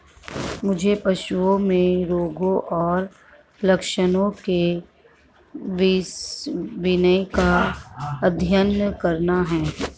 मुझे पशुओं में रोगों और लक्षणों के विषय का अध्ययन करना है